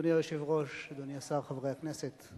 אדוני היושב-ראש, אדוני השר, חברי הכנסת,